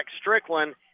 Strickland